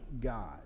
god